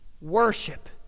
Worship